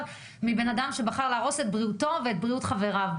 מבן אדם שבחר להרוס את בריאותו ואת בריאות חבריו.